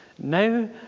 Now